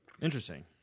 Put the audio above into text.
Interesting